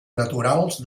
naturals